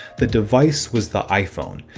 the device was the iphone,